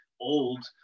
old